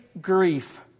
grief